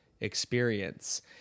experience